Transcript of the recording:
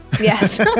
Yes